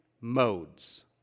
modes